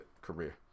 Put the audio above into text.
career